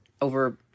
over